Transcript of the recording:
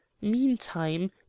Meantime